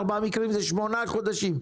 ארבעה מקרים זה שמונה חודשים,